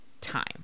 time